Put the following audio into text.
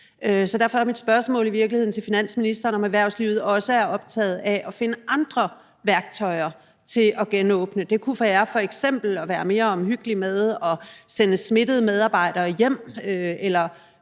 Derfor er mit spørgsmål til finansministeren i virkeligheden, om erhvervslivet også er optaget af at finde andre værktøjer til at genåbne – det kunne f.eks. handle om, at man skal være mere omhyggelig med at sende smittede medarbejdere eller